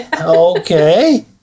Okay